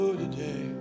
today